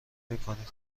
میکنید